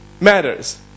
matters